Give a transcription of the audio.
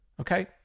Okay